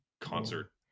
concert